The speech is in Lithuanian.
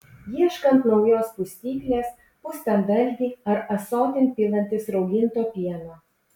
ieškant naujos pustyklės pustant dalgį ar ąsotin pilantis rauginto pieno